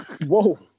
whoa